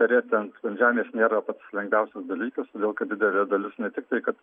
perėti ant žemės nėra pats lengviausias dalykas dėl ko didelė dalis ne tiktai kad